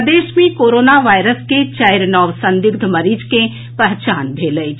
प्रदेश मे corona virus के चारि नव संदिग्ध मरीज के पहचान भेल अछि